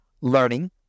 learning